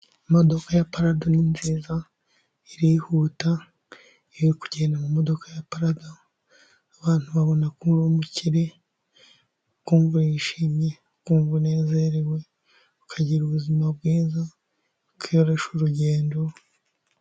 Imodoka ya parado ni nziza irihuta, iyo uri kugenda mu modoka ya parado abantu babona ko uri umukire, ukumva yihimye, ukumva unezerewe, ukagira ubuzima bwiza, kuko yoroshya urugendo.